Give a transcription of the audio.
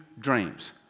dreams